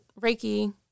Reiki